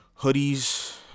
hoodies